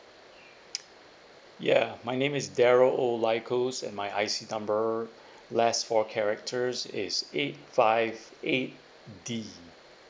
ya my name is darrow O'lykos and my I_C number last four characters is eight five eight D